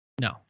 no